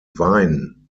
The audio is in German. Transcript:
wein